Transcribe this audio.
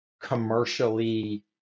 commercially